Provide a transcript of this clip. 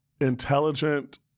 intelligent